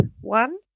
one